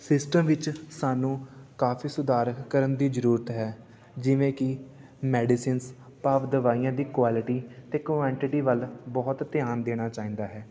system ਵਿੱਚ ਸਾਨੂੰ ਕਾਫੀ ਸੁਧਾਰ ਕਰਨ ਦੀ ਜ਼ਰੂਰਤ ਹੈ ਜਿਵੇਂ ਕਿ ਮੈਡੀਸਿਨਸ ਭਾਵ ਦਵਾਈਆਂ ਦੀ ਕੁਆਲਿਟੀ ਅਤੇ ਕੁਆਂਟਿਟੀ ਵੱਲ ਬਹੁਤ ਧਿਆਨ ਦੇਣਾ ਚਾਹੀਦਾ ਹੈ